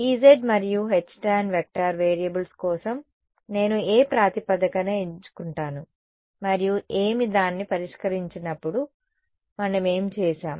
Ez మరియు Htan variables కోసం నేను ఏ ప్రాతిపదికన ఎంచుకుంటాను మరియు ఏమి దాన్ని పరిష్కరించినప్పుడు మనం ఏమి చేశాం